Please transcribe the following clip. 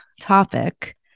topic